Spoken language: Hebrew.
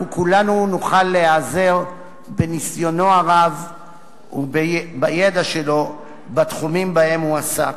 אנחנו כולנו נוכל להיעזר בניסיונו הרב ובידע שלו בתחומים שבהם הוא עסק.